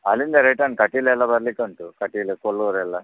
ಅಲ್ಲಿಂದ ರಿಟನ್ ಕಟೀಲು ಎಲ್ಲ ಬರ್ಲಿಕ್ಕೆ ಉಂಟು ಕಟೀಲು ಕೊಲ್ಲೂರು ಎಲ್ಲ